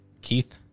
Keith